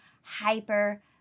hyper-